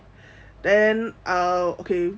then uh okay